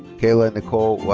kayla nicole